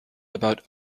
about